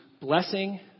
blessing